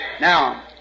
Now